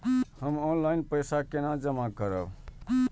हम ऑनलाइन पैसा केना जमा करब?